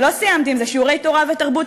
ולא סיימתי עם זה: שיעורי תורה ותרבות,